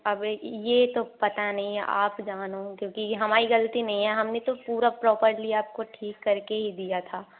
अब ये ये तो पता नहीं आप जानो क्योंकि ये हमारी ग़लती नहीं है हम ने तो पूरा प्रॉपर्ली आपको ठीक कर के ही दिया था